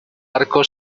arco